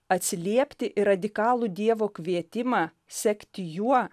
atsiliepti į radikalų dievo kvietimą sekti juo